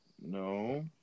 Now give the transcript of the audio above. No